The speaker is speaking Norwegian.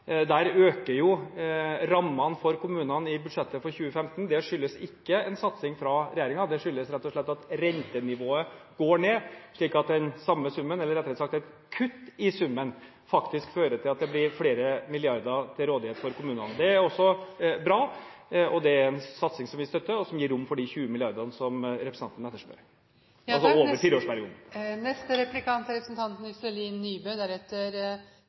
kommunene i budsjettet for 2015. Det skyldes ikke en satsing fra regjeringen. Det skyldes rett og slett at rentenivået har gått ned, slik at den samme summen, eller rettere sagt et kutt i summen, faktisk fører til at det blir flere milliarder til rådighet for kommunene. Det er også bra. Det er en satsing som vi støtter, og som gir rom for de 20 mrd. kr, altså over fireårsperioden, som representanten etterspør. Jeg tror de aller fleste av oss vet at fysisk aktivitet er